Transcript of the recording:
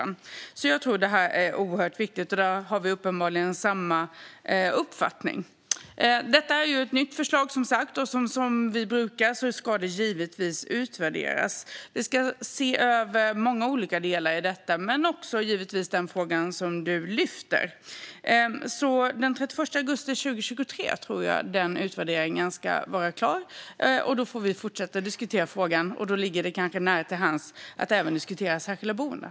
Jag tror alltså att detta är oerhört viktigt, och där har vi uppenbarligen samma uppfattning. Detta är som sagt ett nytt förslag. Det ska givetvis utvärderas, precis som vi brukar göra. Vi ska se över många olika delar i detta, givetvis också den fråga som du lyfter. Jag tror att den utvärderingen ska vara klar den 31 augusti 2023, och då får vi fortsätta diskutera frågan. Då ligger det kanske nära till hands att även diskutera särskilda boenden.